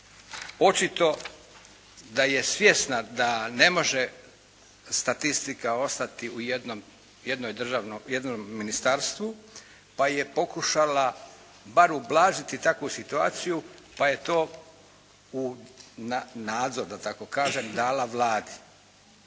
očito da je svjesna da ne može statistika ostati u jednom ministarstvu, pa je pokušala bar ublažiti takvu situaciju pa je to, nadzor da tako kažem dala Vladi.